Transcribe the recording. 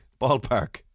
ballpark